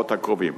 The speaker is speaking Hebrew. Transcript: בשבועות הקרובים